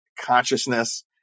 consciousness